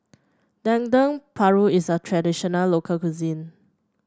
Dendeng Paru is a traditional local cuisine